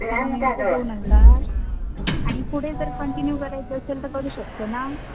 सहा महिन्याचे दोन हजार आणि पुढे जर कंटिन्यू करायचं असेल तर करू शकतो ना